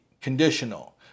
conditional